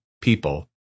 people